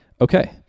okay